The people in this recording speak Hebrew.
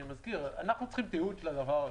אני מזכיר, אנחנו צריכים תיעוד של הדבר הזה.